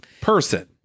person